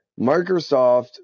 Microsoft